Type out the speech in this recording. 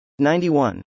91